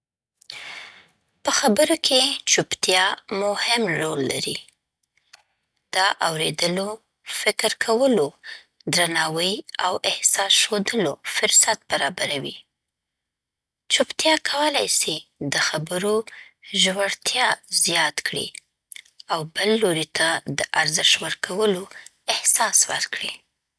ه خبرو کې چپتیا مهم رول لري؛ دا اورېدلو، فکر کولو، درناوي او احساس ښودلو فرصت برابروي. چپتیا کولی سي د خبرو ژورتیا زیات کړي او بل لوري ته د ارزښت ورکولو احساس ورکړي.